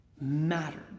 mattered